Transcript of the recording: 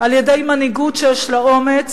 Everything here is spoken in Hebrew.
על-ידי מנהיגות שיש לה אומץ